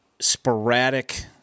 sporadic